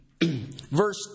verse